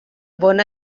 bon